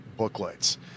booklets